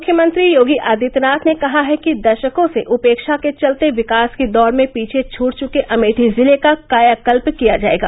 मुख्यमंत्री योगी आदित्यनाथ ने कहा है कि दशकों से उपेक्षा के चलते विकास की दौड़ में पीछे छूट चुके अमेठी जिले का कायाकल्प किया जायेगा